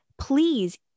please